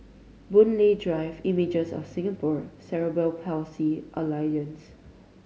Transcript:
Boon Lay Drive Images of Singapore Cerebral Palsy Alliance